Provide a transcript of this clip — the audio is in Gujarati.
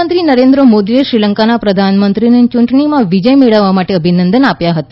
પ્રધાનમંત્રી નરેન્દ્ર મોદીએ શ્રીલંકાના પ્રધાનમંત્રીને યૂંટણીમાં વિજય મેળવવા માટે અભિનંદન આપ્યા હતા